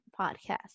podcast